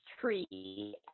tree